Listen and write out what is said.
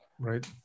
Right